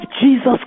Jesus